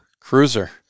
cruiser